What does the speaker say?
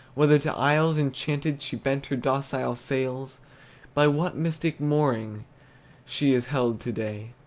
whether to isles enchanted she bent her docile sails by what mystic mooring she is held to-day,